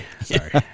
sorry